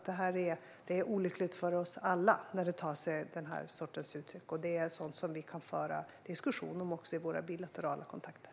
Det är olyckligt för oss alla när det tar sig den här sortens uttryck, och det är sådant som vi kan föra diskussion om också i våra bilaterala kontakter.